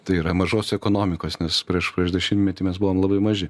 tai yra mažos ekonomikos nes prieš trisdešimtmetį mes buvom labai maži